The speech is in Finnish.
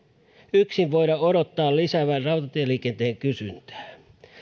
yksin voida odottaa lisäävän rautatieliikenteen kysyntää